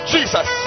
Jesus